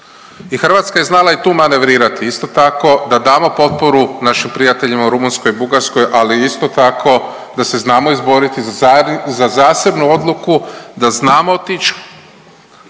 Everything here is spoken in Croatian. I Hrvatska je znala i tu manevrirati isto tako da damo potporu našim prijateljima u Rumunjskoj i Bugarskoj, ali isto tako da se znamo izboriti za zasebnu odluku, da znamo otić